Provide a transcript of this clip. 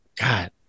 God